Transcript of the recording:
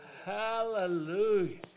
Hallelujah